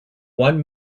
one